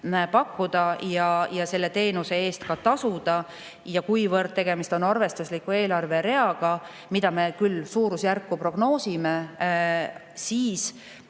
pakkuda ja selle teenuse eest tasuda. Ja kuivõrd tegemist on arvestusliku eelarvereaga, mille puhul me küll suurusjärku prognoosime, siis